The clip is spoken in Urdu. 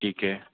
ٹھیک ہے